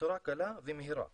בצורה קלה ומהירה,